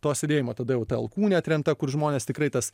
to sėdėjimo tada jau ta alkūnė atremta kur žmonės tikrai tas